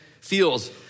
feels